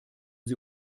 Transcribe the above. sie